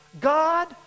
God